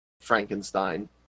Frankenstein